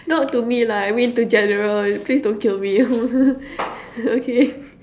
not to me lah I mean to general please don't kill me okay